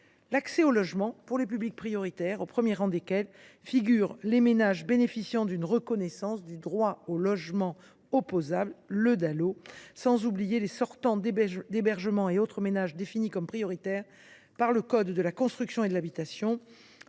accès au logement pour les publics prioritaires, au premier rang desquels figurent les ménages bénéficiant d’une reconnaissance du droit au logement opposable, sans oublier les sortants d’hébergement et les autres ménages définis comme prioritaires dans le code de la construction et de l’habitation,